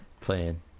playing